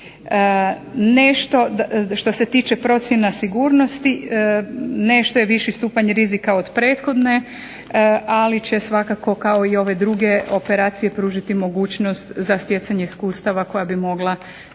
Nešto što se tiče procjena sigurnosti, nešto je viši stupanj rizika od prethodne, ali će svakako kao i ove druge operacije pružiti mogućnost za stjecanje iskustava koja bi mogla